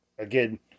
Again